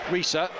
Risa